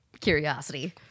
curiosity